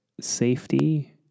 safety